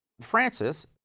Francis